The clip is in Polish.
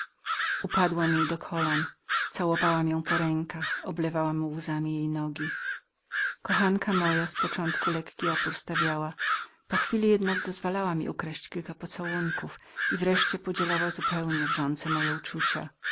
upadłam jej do nóg ściskałam ją za ręce oblewałam łzami jej nogi kochanka moja z początku lekki opór stawiała po chwili jednak dozwalała mi ukraść kilka pocałunków i wreszcie podzielała zupełnie wrzące moje uczucia